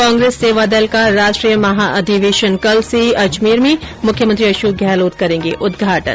कांग्रेस सेवा दल का राष्ट्रीय महाधिवेशन कल से अजमेर में मुख्यमंत्री अशोक गहलोत करेंगे उद्घाटन